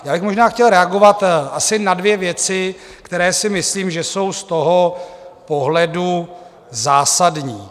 Já bych možná chtěl reagovat asi na dvě věci, které si myslím, že jsou z toho pohledu zásadní.